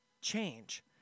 change